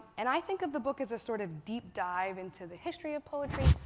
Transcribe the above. and i think of the book as a sort of deep dive into the history of poetry,